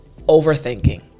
overthinking